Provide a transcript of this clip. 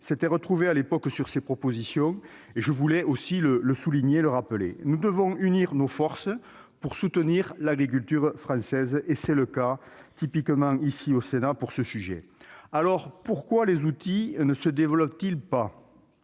s'étaient retrouvés à l'époque sur ces propositions, je voulais aussi le souligner. Nous devons unir nos forces pour soutenir l'agriculture française, comme le fait systématiquement le Sénat sur ces sujets. Alors pourquoi les outils ne se développent-ils pas ?